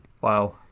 Wow